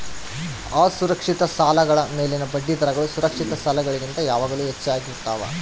ಅಸುರಕ್ಷಿತ ಸಾಲಗಳ ಮೇಲಿನ ಬಡ್ಡಿದರಗಳು ಸುರಕ್ಷಿತ ಸಾಲಗಳಿಗಿಂತ ಯಾವಾಗಲೂ ಹೆಚ್ಚಾಗಿರ್ತವ